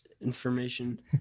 information